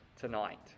tonight